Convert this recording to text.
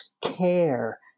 care